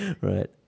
Right